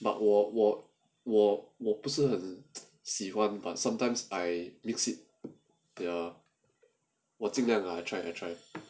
but 我我我我不是很喜欢 but sometimes I mix it ya 我尽量 lah I try and I try